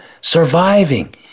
surviving